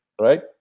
Right